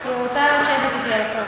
היא רוצה לשבת אתי על החוק.